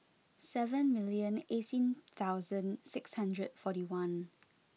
seven million eighteen thousand six hundred and forty one